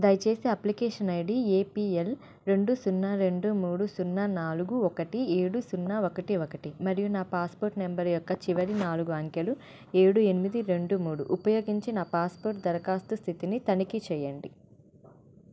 దయచేసి application ID APL రెండు సున్నా రెండు మూడు సున్నా నాలుగు ఒకటి ఏడు సున్నా ఒకటి ఒకటి మరియు నా పాస్పోర్ట్ నెంబర్ యొక్క చివరి నాలుగు అంకెలు ఏడు ఎనిమిది రెండు మూడు ఉపయోగించి నా పాస్పోర్ట్ దరఖాస్తు స్థితిని తనిఖీ చేయండి